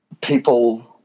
people